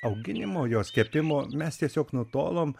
auginimo jos kepimo mes tiesiog nutolom